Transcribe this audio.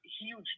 huge